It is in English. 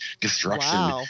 destruction